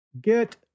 Get